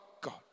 God